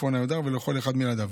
החטוף או הנעדר ולכל אחד מילדיו.